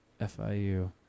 FIU